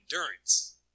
endurance